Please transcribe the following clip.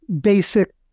basic